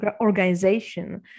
organization